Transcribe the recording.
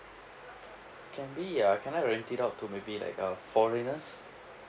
can we uh can I rent it out to maybe like uh foreigners